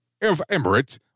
Emirates